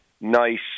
nice